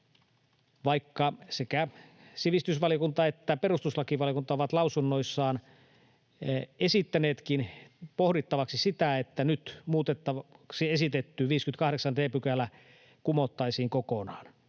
että perustuslakivaliokunta ovat lausunnoissaan esittäneetkin pohdittavaksi sitä, että nyt muutettavaksi esitetty 58 d § kumottaisiin kokonaan.